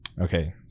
okay